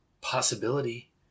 possibility